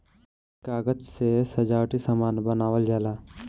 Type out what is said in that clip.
कागज से सजावटी सामान बनावल जाला